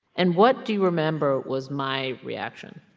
and what do you remember was my reaction?